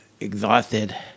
exhausted